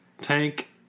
tank